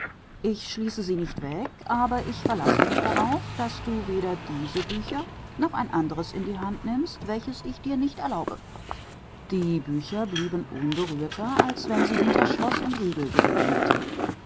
ich schließe sie nicht weg aber ich verlasse mich darauf daß du weder diese bücher noch ein anderes in die hand nimmst welches ich dir nicht erlaube die bücher blieben unberührter als wenn sie hinter schloß und riegel gelegen hätten